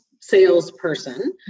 salesperson